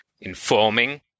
informing